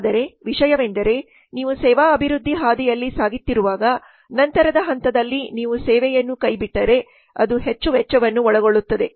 ಆದರೆ ವಿಷಯವೆಂದರೆ ನೀವು ಸೇವಾ ಅಭಿವೃದ್ಧಿ ಹಾದಿಯಲ್ಲಿ ಸಾಗುತ್ತಿರುವಾಗ ನಂತರದ ಹಂತದಲ್ಲಿ ನೀವು ಸೇವೆಯನ್ನು ಕೈಬಿಟ್ಟರೆ ಅದು ಹೆಚ್ಚು ವೆಚ್ಚವನ್ನು ಒಳಗೊಳ್ಳುತ್ತದೆ